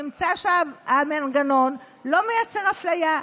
נמצא שהמנגנון לא מייצר אפליה.